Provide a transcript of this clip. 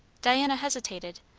diana hesitated,